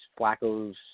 Flacco's